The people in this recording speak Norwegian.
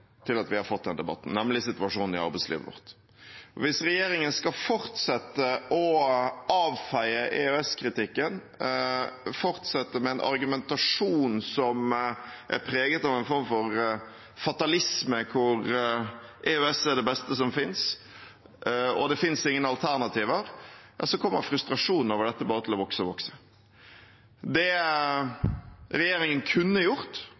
til at vi har fått denne debatten, nemlig situasjonen i arbeidslivet vårt. Hvis regjeringen skal fortsette å avfeie EØS-kritikken, fortsette med en argumentasjon som er preget av en form for fatalisme, hvor EØS er det beste som finnes, og det finnes ingen alternativer, kommer frustrasjonen over dette bare til å vokse og vokse. Det regjeringen kunne gjort,